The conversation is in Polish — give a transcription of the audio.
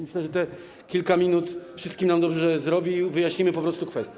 Myślę, że te kilka minut wszystkim nam dobrze zrobi, wyjaśnimy tę kwestię.